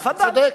תפאדל,